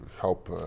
help